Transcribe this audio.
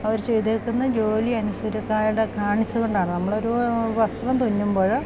അവർ ചെയ്തേക്കുന്ന ജോലി അനുസരണക്കേട് കാണിച്ച കൊണ്ടാണ് നമ്മൾ ഒരു വസ്ത്രം തുന്നുമ്പോൾ